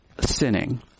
sinning